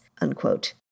unquote